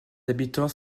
habitants